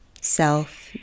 self